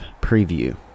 preview